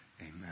Amen